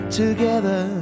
together